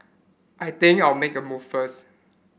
I think I'll make a move first